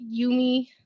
Yumi